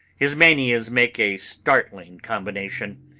his manias make a startling combination.